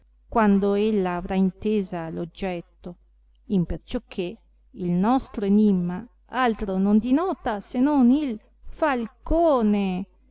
quando ella avrà intesa l oggetto imperciocché il nostro enimma altro non dinota se non il falcone